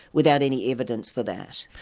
without any evidence for that.